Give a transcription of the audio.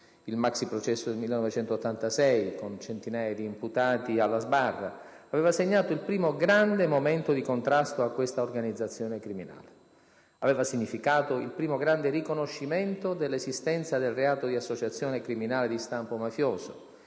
il maxiprocesso del 1986, con centinaia di imputati alla sbarra, aveva segnato il primo grande momento di contrasto a questa organizzazione criminale. Aveva significato il primo grande riconoscimento dell'esistenza del reato di associazione criminale di stampo mafioso,